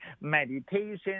meditation